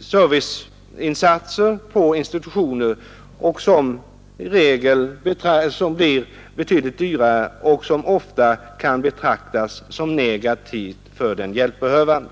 serviceinsatser genom institutioner, och det blir som regel avsevärt dyrare och uppfattas ofta som negativt av den hjälpbehövande.